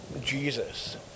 Jesus